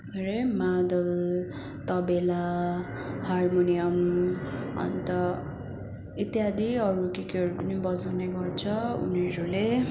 के अरे मादल तबेला हार्मोनियम अन्त इत्यादि अरू केकेहरू पनि बजाउने गर्छ उनीहरूले